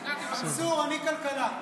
מנסור, אני כלכלה.